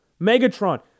Megatron